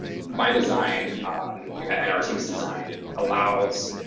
my design and our team's design allows